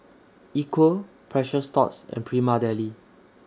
Equal Precious Thots and Prima Deli